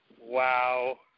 wow